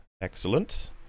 Excellent